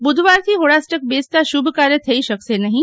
બુધવારથી હોળાષ્ટક બેસતા શુભ કાર્ય થઈ શકશે નહીં